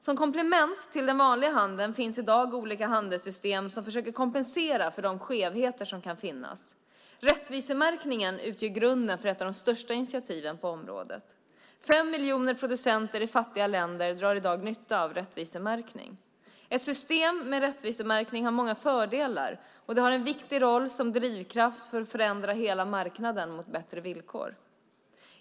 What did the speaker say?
Som komplement till den vanliga handeln finns i dag olika handelssystem som försöker kompensera för de skevheter som kan finnas. Rättvisemärkningen utgör grunden för ett av de största initiativen på området. Fem miljoner producenter i fattiga länder drar i dag nytta av rättvisemärkning. Ett system med rättvisemärkning har många fördelar, och det har en viktig roll som drivkraft för att förändra hela marknaden mot bättre villkor.